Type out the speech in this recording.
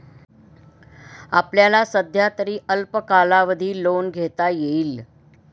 आपल्याला सध्यातरी अल्प कालावधी लोन घेता येईल